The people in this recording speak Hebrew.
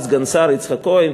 אז סגן שר יצחק כהן,